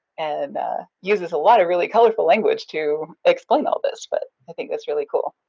and uses a lot of really colorful language to explain all this, but i think that's really cool.